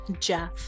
Jeff